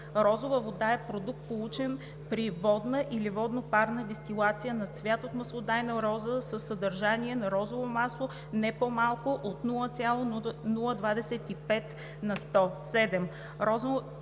„Розова вода“ е продукт, получен при водна или водно-парна дестилация на цвят от маслодайна роза със съдържание на розово масло, не по-малко от 0,025 на сто.